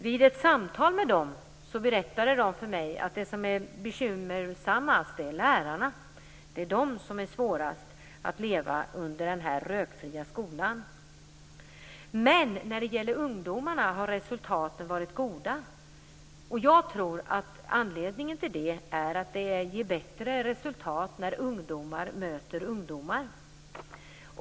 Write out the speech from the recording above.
Vid ett samtal med dem berättade de för mig att det bekymmersammaste är lärarna. Det är de som har svårast att leva i den rökfria skolan. Men bland ungdomarna har resultaten varit goda. Jag tror att anledningen till det är att det ger bättre resultat när ungdomar möte ungdomar.